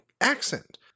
accent